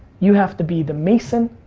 you have to be the mason,